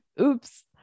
Oops